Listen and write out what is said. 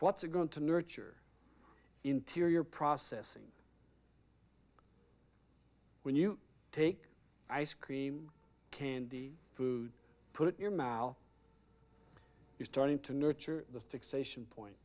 what's it going to nurture interior processing when you take ice cream candy food put your mouth is starting to nurture the fixation point